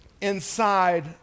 inside